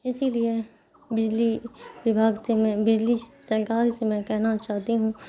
اسی لیے بجلی وبھاگ سے میں بجلی سرکار سے میں کہنا چاہتی ہوں